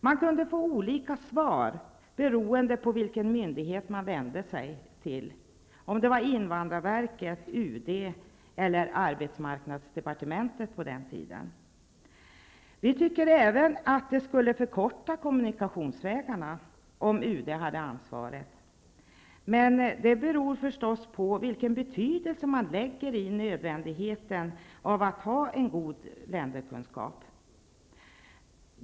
Man kunde få olika svar beroende på vilken myndighet man vände sig till -- invandrarverket, UD eller arbetsmarknadsdepartementet. Vi tycker även att det skulle förkorta kommunikationsvägarna om UD hade ansvaret. Men det beror förstås på vilken betydelse man lägger i nödvändigheten av att ha en god länderkunskap.